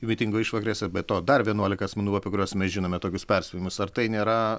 mitingo išvakarėse be to dar vienuolika asmenų apie kuriuos mes žinome tokius perspėjimus ar tai nėra